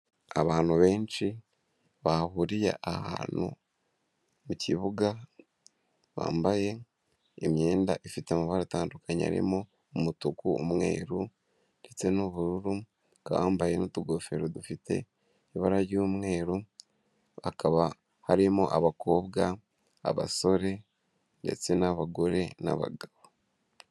Abantu benshi bahuriye ahantu mu kibuga, bambaye imyenda ifite amabara atandukanye arimo umutuku, umweru ndetse n'ubururu, bakaba bambaye n'utugofero dufite ibara ry'umweru, bakaba harimo abakobwa, abasore ndetse n'abagore n'abagabo.